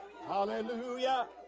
Hallelujah